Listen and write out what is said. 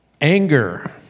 Anger